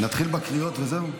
נתחיל בקריאות וזהו?